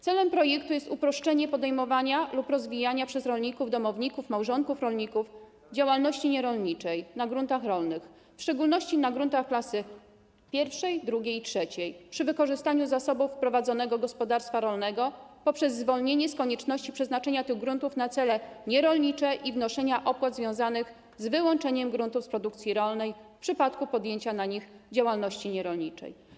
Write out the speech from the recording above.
Celem projektu jest uproszczenie podejmowania lub rozwijania przez rolników, domowników, małżonków rolników działalności nierolniczej na gruntach rolnych, w szczególności na gruntach klasy I, II i III, przy wykorzystaniu zasobów prowadzonego gospodarstwa rolnego, poprzez zwolnienie z konieczności przeznaczenia tych gruntów na cele nierolnicze i wnoszenia opłat związanych z wyłączeniem gruntów z produkcji rolnej w przypadku podjęcia na nich działalności nierolniczej.